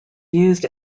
used